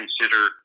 consider